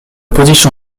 position